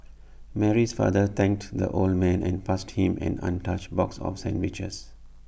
Mary's father thanked the old man and passed him an untouched box of sandwiches